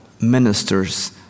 ministers